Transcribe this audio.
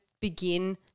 begin